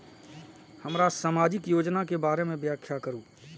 हमरा सामाजिक योजना के बारे में व्याख्या करु?